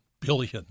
billion